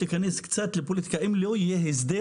להיכנס קצת לפוליטיקה אם לא יהיה הסדר,